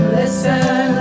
listen